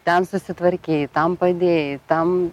ten susitvarkei tam padėjai tam